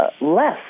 less